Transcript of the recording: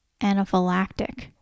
anaphylactic